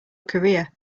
career